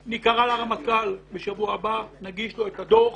אנחנו נגיע לרמטכ"ל בשבוע הבא ונגיש לו את הדוח.